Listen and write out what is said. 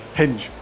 hinge